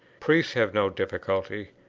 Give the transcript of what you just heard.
priests have no difficulty.